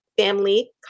family